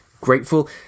grateful